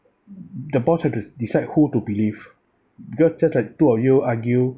the boss have to decide who to believe because just like two of you argue